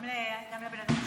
גם לבן אדם אחד?